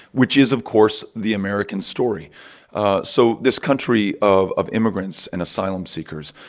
which is of course the american story so this country of of immigrants and asylum-seekers,